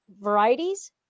varieties